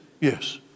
yes